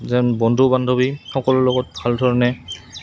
যেন বন্ধু বান্ধৱী সকলোৰ লগত ভাল ধৰণে